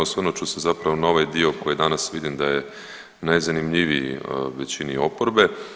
Osvrnut ću se zapravo na ovaj dio koji danas vidim da je najzanimljiviji većini oporbe.